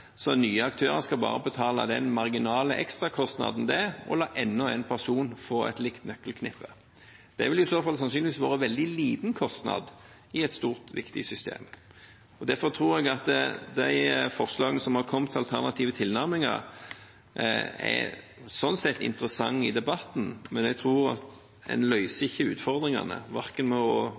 så nye aktører skal bare betale den marginale ekstrakostnaden det er å la enda en person få et likt nøkkelknippe. Det ville i så fall sannsynligvis vært en veldig liten kostnad i et stort, viktig system. De forslagene som har kommet til alternative tilnærminger, er sånn sett interessante i debatten, men jeg tror at en ikke løser utfordringene verken